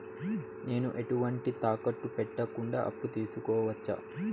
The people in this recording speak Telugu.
నేను ఎటువంటి తాకట్టు పెట్టకుండా అప్పు తీసుకోవచ్చా?